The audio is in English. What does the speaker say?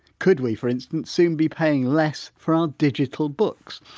could we, for instance, soon be paying less for our digital books?